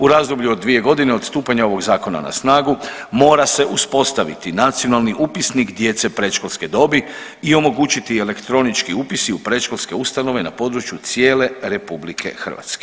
U razdoblju od dvije godine od stupanja ovog zakona na snagu mora se uspostaviti Nacionalni upisnik djece predškolske dobi i omogućiti elektronički upisi u predškolske ustanove na području cijele RH.